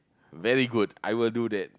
very good I will do that